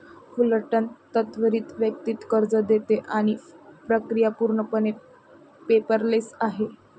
Fullerton त्वरित वैयक्तिक कर्ज देते आणि प्रक्रिया पूर्णपणे पेपरलेस आहे